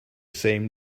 same